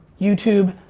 youtube,